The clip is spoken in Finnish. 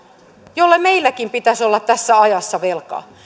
jolle meilläkin pitäisi olla tässä ajassa velkaa